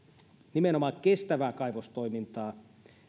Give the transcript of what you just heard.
nimenomaan kestävää kaivostoimintaa